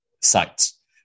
sites